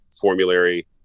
formulary